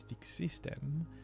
system